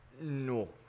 No